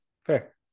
Fair